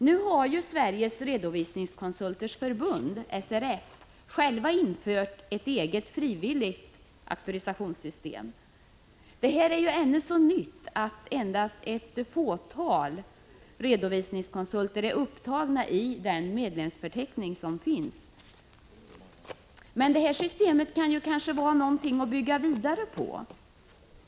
Nu har Sveriges redovisningskonsulters förbund — SRF — infört ett eget frivilligt auktorisationssystem. Det är ännu så nytt att endast ett fåtal redovisningskonsulter är upptagna i den medlemsförteckning som finns. Men det här systemet kan kanske vara någonting att bygga vidare på.